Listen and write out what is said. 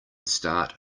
start